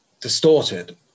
distorted